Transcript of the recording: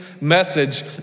message